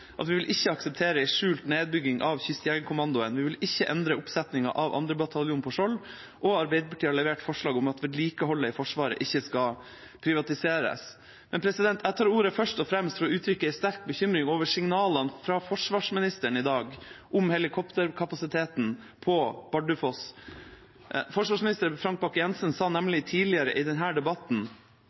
vi ikke vil akseptere en skjult nedbygging av Kystjegerkommandoen. Vi vil ikke endre oppsetningen av 2. bataljon på Skjold, og vi har levert forslag om at vedlikeholdet i Forsvaret ikke skal privatiseres. Jeg tar ordet først og fremst for å uttrykke en sterk bekymring over signalene fra forsvarsministeren i dag om helikopterkapasiteten på Bardufoss. Forsvarsminister Frank Bakke-Jensen sa nemlig tidligere i denne debatten